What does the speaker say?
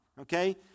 okay